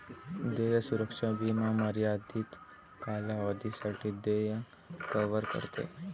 देय सुरक्षा विमा मर्यादित कालावधीसाठी देय कव्हर करते